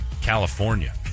california